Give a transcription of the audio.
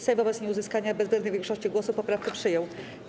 Sejm wobec nieuzyskania bezwzględnej większości głosów poprawkę przyjął.